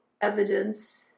evidence